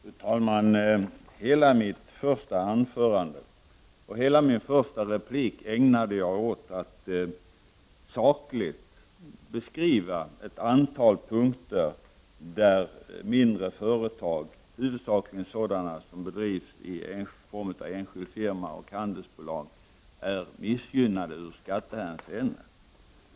Fru talman! Hela mitt första anförande och hela min första replik ägnade jag åt att sakligt beskriva ett antal punkter där mindre företag, huvudsakligen sådana som bedrivs i form av enskild firma och handelsbolag, är missgynnade i skattehänseende.